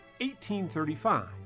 1835